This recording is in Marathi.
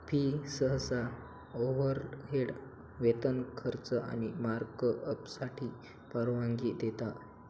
फी सहसा ओव्हरहेड, वेतन, खर्च आणि मार्कअपसाठी परवानगी देता